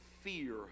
fear